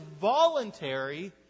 voluntary